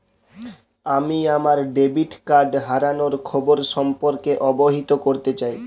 আমি আমার debit card হারানোর খবর সম্পর্কে অবহিত করতে চাই